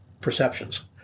perceptions